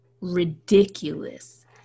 ridiculous